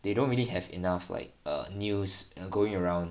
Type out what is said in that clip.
they don't really have enough like err news you know going around